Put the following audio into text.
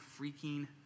freaking